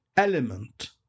Element